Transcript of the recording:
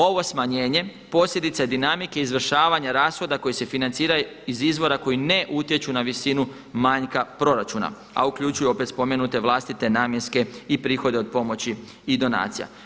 Ovo smanjenje posljedica je dinamike izvršavanja rashoda koji se financiraju iz izvora koji ne utječu na visinu manjka proračuna a uključuju opet spomenute vlastite namjenske i prihode od pomoći i donacija.